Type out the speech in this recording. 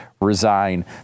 resign